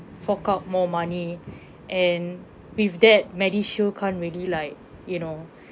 fork out more money and with that medishield can't really like you know